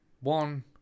One